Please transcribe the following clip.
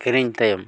ᱠᱤᱨᱤᱧ ᱛᱟᱭᱚᱢ